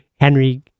Henry